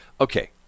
okay